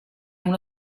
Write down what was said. una